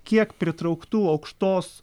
kiek pritrauktų aukštos